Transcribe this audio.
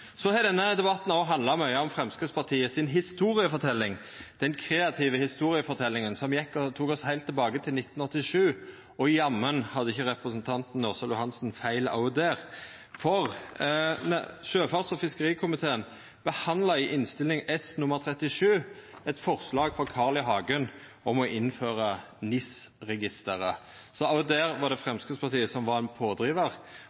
Denne debatten har òg handla mykje om Framstegspartiets historieforteljing, den kreative historieforteljinga som tok oss heilt tilbake til 1987, men jammen hadde ikkje representanten Ørsal Johansen feil òg der, for sjøfarts- og fiskerikomiteen behandla i samanheng med Innst. S nr. 37 for 1986–1987 eit forslag frå Carl I. Hagen om å innføra NIS-registeret. Så òg i den saka var